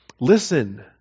Listen